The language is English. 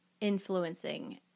influencing